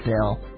bill